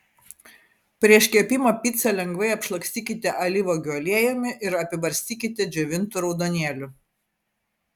prieš kepimą picą lengvai apšlakstykite alyvuogių aliejumi ir apibarstykite džiovintu raudonėliu